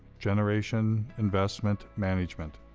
generation investment management.